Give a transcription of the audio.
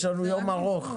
יש לנו יום ארוך.